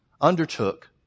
undertook